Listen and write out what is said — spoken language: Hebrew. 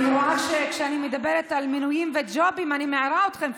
אני רואה שכשאני מדברת על מינויים וג'ובים אני מעירה אתכם,